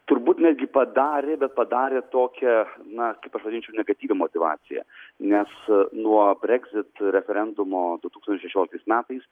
turbūt netgi padarė bet padarė tokią na kaip aš vadinčiau negatyvią motyvaciją nes nuo breksit referendumo du tūkstančiai šešioliktais metais